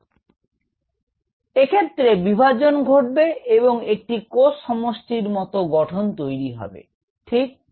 তো এক্ষেত্রে বিভাজন ঘটবে এবং একটি কোষ সমষ্টির মত গঠন সৃষ্টি হবে ঠিক